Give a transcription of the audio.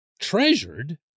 treasured